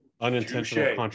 unintentional